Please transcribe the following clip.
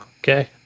Okay